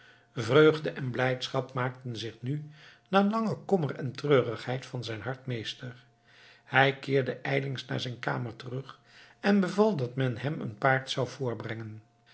vreugde en blijdschap maakten zich nu na langen kommer en treurigheid van zijn hart meester hij keerde ijlings naar zijn kamer terug en beval dat men hem een paard zou voorbrengen